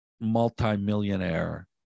multimillionaire